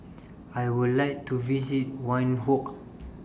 I Would like to visit Windhoek